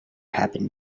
happened